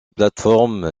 plateforme